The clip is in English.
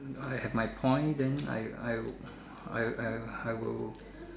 I have my point then I I I I I will